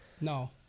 No